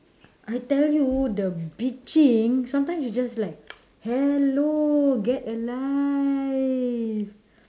I tell you the bitching sometimes you just like hello get a life